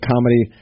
comedy